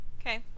Okay